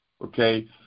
Okay